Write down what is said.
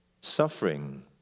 suffering